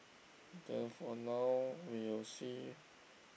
then for now we will see